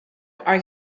arguing